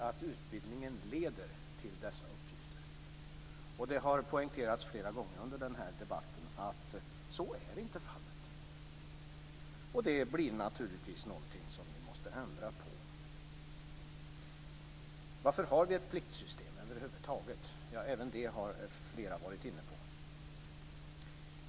Och utbildningen måste leda till dessa uppgifter. Det har poängterats flera gånger under denna debatt att så inte är fallet. Det är naturligtvis något som vi måste ändra på. Varför har vi över huvud taget ett pliktsystem? Även det har flera talare varit inne på.